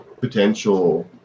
potential